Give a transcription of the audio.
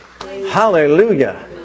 Hallelujah